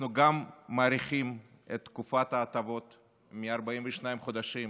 אנחנו גם מאריכים את תקופת ההטבות מ-42 חודשים